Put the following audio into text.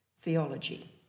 Theology